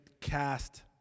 cast